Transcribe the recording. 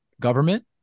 Government